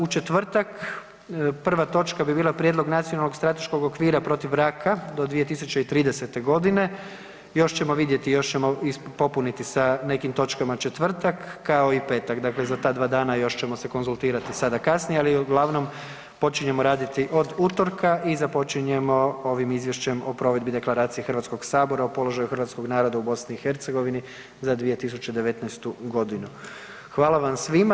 U četvrtak prva točka bi bila Prijedlog Nacionalnog strateškog okvira protiv raka do 2030. g. Još ćemo vidjeti, još ćemo popuniti sa nekim točkama četvrtak, kao i petak, dakle za ta dva dana još ćemo se konzultirati sada kasnije, ali uglavnom, počinjemo raditi od utorka i započinjemo ovim Izvješćem o provedbi Deklaracije Hrvatskoga sabora o položaju hrvatskog naroda u BiH za 2019. g. Hvala vam svima.